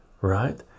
right